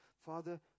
Father